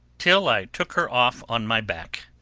till i took her off on my back,